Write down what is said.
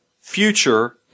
future